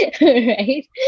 right